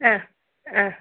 ആ ആ